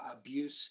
abuse